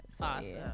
Awesome